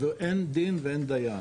ואין דין ואין דיין.